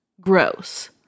Gross